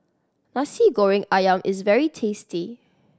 Nasi Goreng Ayam is very tasty